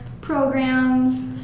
programs